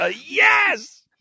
Yes